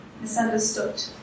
misunderstood